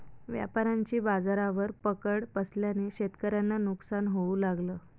व्यापाऱ्यांची बाजारावर पकड बसल्याने शेतकऱ्यांना नुकसान होऊ लागलं